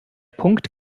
punkt